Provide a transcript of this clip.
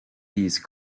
these